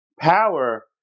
power